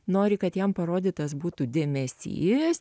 nori kad jam parodytas būtų dėmesys